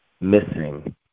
missing